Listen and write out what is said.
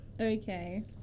Okay